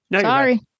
Sorry